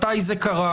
מתי זה קרה,